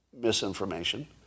misinformation